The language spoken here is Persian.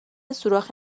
سوراخ